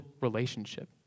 relationship